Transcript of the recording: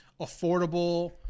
affordable